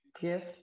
gift